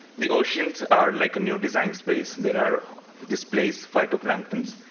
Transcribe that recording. the oceans are like a new design space that are displaced phytoplanktons.